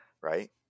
Right